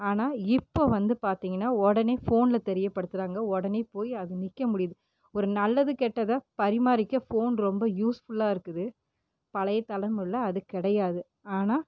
ஆனால் இப்போ வந்து பார்த்திங்கன்னா உடனே ஃபோன்ல தெரியப்படுத்துகிறாங்க உடனே போய் அது நிற்க முடியுது ஒரு நல்லது கெட்டதை பரிமாறிக்க ஃபோன் ரொம்ப நல்லா யூஸ் ஃபுல்லாக இருக்குது பழையத்தலைமுறையில் அது கிடயாது ஆனால்